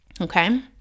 Okay